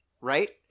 right